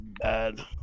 bad